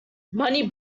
money